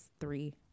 three